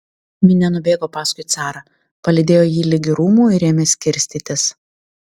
minia nubėgo paskui carą palydėjo jį ligi rūmų ir ėmė skirstytis